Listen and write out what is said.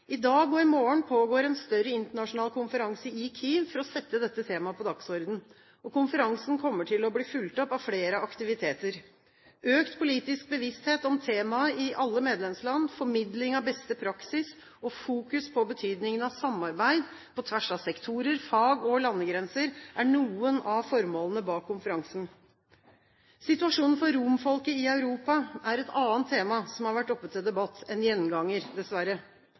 I dag og i morgen pågår en større internasjonal konferanse i Kiev for å sette dette temaet på dagsordenen. Konferansen kommer til å bli fulgt opp av flere aktiviteter. Økt politisk bevissthet om temaet i alle medlemsland, formidling av beste praksis og fokus på betydningen av samarbeid på tvers av sektorer, fag og landegrenser er noen av formålene bak konferansen. Situasjonen for romfolket i Europa er et annet tema som har vært oppe til debatt – en gjenganger, dessverre.